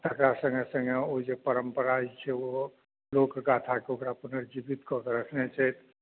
तेकरा सङ्गे सङ्गे ओ जे परम्परा जे छै लोकगाथाके ओकरा पुनर्जीवित कऽके रखने छै